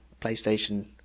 PlayStation